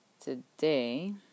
today